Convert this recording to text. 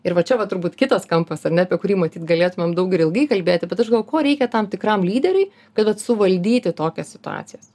ir va čia va turbūt kitas kampas ar ne apie kurį matyt galėtumėm daug ir ilgai kalbėti bet aš gavau ko reikia tam tikram lyderiui kad vat suvaldyti tokias situacijas